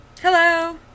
Hello